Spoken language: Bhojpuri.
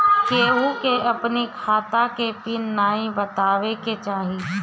केहू के अपनी खाता के पिन नाइ बतावे के चाही